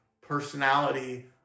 personality